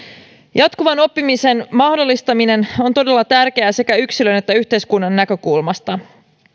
jatkuvan oppimisen mahdollistaminen on todella tärkeää sekä yksilön että yhteiskunnan näkökulmasta